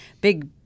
big